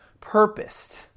purposed